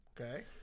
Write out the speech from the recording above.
Okay